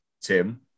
Tim